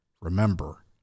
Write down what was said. Remember